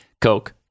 Coke